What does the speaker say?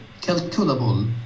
calculable